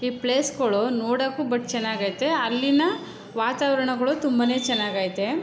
ಈ ಪ್ಲೇಸ್ಗಳು ನೋಡೋಕ್ಕೂ ಬಟ್ ಚೆನ್ನಾಗೈತೆ ಅಲ್ಲಿನ ವಾತಾವರಣಗಳು ತುಂಬನೇ ಚೆನ್ನಾಗೈತೆ